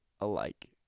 alike